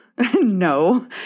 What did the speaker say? No